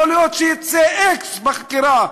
יכול להיות שיצא x בחקירה,